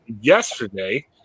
yesterday